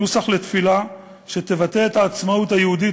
נוסח לתפילה שתבטא את העצמאות היהודית